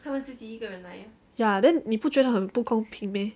ya then 你不觉得很不公平 meh